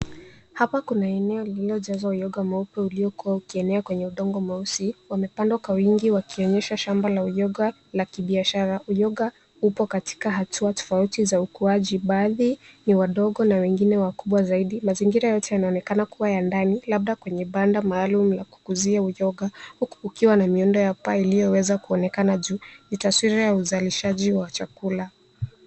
Hapa kuna eneo lililojazwa uyoga mweupe uliokuwa ukienea kwenye udongo mweusi. Wamepandwa kwa wingi wakionyesha shamba la uyoga la kibiashara. Uyoga upo katika hatua tofauti za ukuaji. Baadhi ni wadogo na wengine wakubwa zaidi. Mazingira yote yanaonekana kuwa ya ndani labda kwenye banda maalum la kukuzia uyoga, huku kukiwa na miundo ya paa iliyoweza kuonekana juu. Ni taswira ya uzalishaji wa chakula.